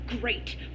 Great